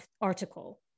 article